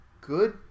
good